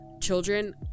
children